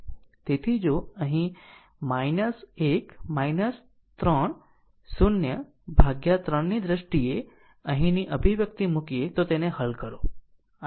તેથી જો અહીં 1 3 0 ભાગ્યા 3 ની દ્રષ્ટિએ અહીંની અભિવ્યક્તિ મૂકીએ તો તેને હલ કરો